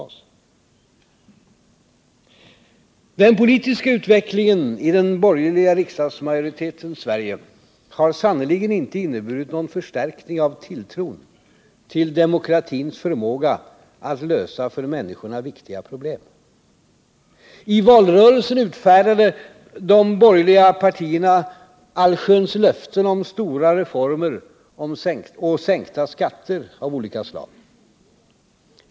Den politiska utvecklingen i den borgerliga riksdagsmajoritetens Sverige har sannerligen inte inneburit någon förstärkning av tilltron till demokratins förmåga att lösa för människorna viktiga problem. I valrörelsen utfärdade de borgerliga partierna allsköns löften om stora reformer och sänkta skatter av olika slag.